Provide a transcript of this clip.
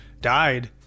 died